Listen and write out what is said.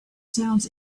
sounds